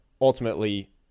ultimately